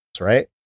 right